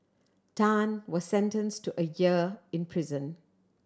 Tan was sentence to a year in prison